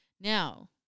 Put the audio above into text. Now